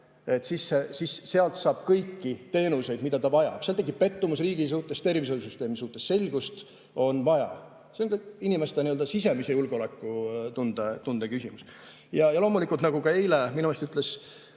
siis sealt saab kõiki teenuseid, mida ta vajab. Seal tekib pettumus riigi suhtes, tervishoiusüsteemi suhtes. Selgust on vaja. See on kõik inimeste nii-öelda sisemise julgeolekutunde küsimus. Ja loomulikult, nagu ka eile minu arust ütles